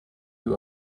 you